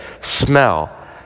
smell